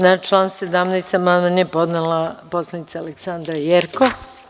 Na član 17. amandman je podnela narodna poslanica Aleksandra Jerkov.